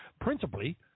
Principally